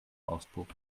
auspuff